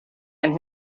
and